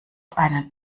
einen